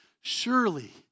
surely